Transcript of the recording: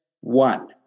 one